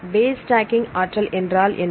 base stacking ஆற்றல் என்றால் என்ன